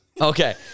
Okay